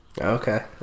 Okay